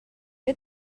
you